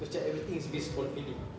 macam everything is based on feelings